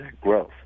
growth